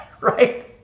right